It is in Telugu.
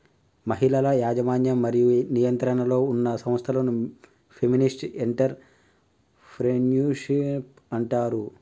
మహిళల యాజమాన్యం మరియు నియంత్రణలో ఉన్న సంస్థలను ఫెమినిస్ట్ ఎంటర్ ప్రెన్యూర్షిప్ అంటారు